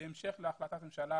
בהמשך להחלטת ממשלה